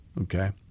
Okay